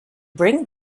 bring